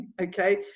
Okay